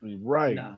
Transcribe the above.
right